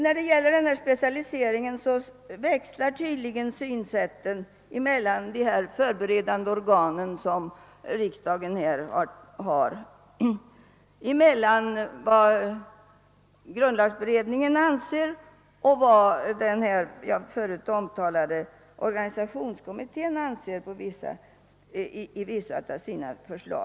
Åsikterna om specialiseringen växlar tydligen bland de beredande organen, grundlagberedningen och den förut omtalade organisationskommittén.